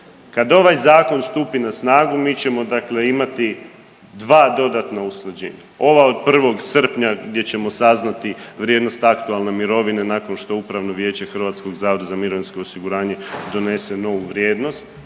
Kad ovaj zakon stupi na snagu mi ćemo imati dva dodatna usklađenja, ova od 1. srpnja gdje ćemo saznati vrijednost aktualne mirovine nakon što upravno vijeće HZMO-a donese novu vrijednost